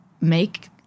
make